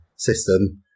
System